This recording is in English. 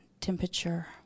temperature